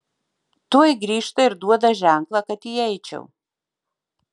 tuoj grįžta ir duoda ženklą kad įeičiau